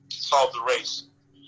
called, the race.